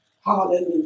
Hallelujah